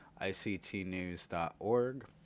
ictnews.org